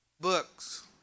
books